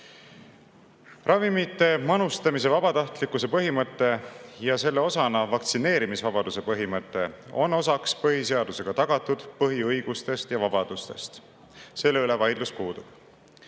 Ravimite manustamise vabatahtlikkuse põhimõte ja selle osana vaktsineerimisvabaduse põhimõte on osa põhiseadusega tagatud põhiõigustest ja vabadustest, selle üle vaidlus